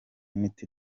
unit